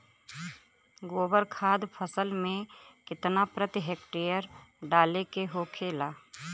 गोबर खाद फसल में कितना प्रति हेक्टेयर डाले के होखेला?